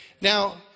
Now